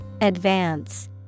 Advance